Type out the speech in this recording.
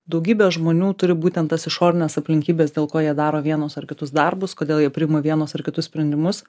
daugybė žmonių turi būtent tas išorines aplinkybes dėl ko jie daro vienus ar kitus darbus kodėl jie priima vienus ar kitus sprendimus